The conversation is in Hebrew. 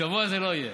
שבוע זה לא יהיה.